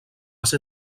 ser